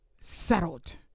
settled